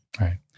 Right